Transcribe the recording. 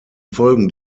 folgen